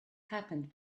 happened